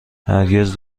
هرگز